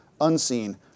unseen